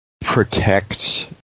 protect